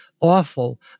awful